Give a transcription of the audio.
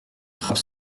frappe